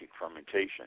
fermentation